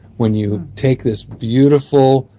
when you take this beautiful,